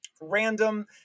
random